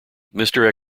mister